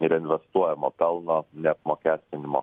reinvestuojamo pelno neapmokestinimo